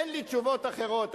אין לי תשובות אחרות,